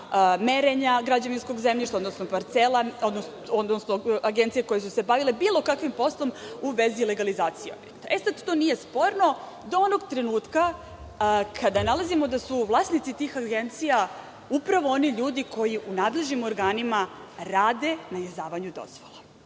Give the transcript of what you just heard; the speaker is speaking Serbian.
merenja građevinskog zemljišta, odnosno parcela, odnosno agencije koje su se bavile bilo kakvim poslom u vezi legalizacije. To nije sporno do onog trenutka kada nalazimo da su vlasnici tih agencija upravo oni ljudi koji u nadležnim organima rade na izdavanju dozvola.